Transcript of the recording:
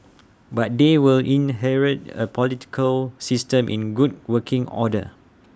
but they will inherit A political system in good working order